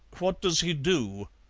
what does he do?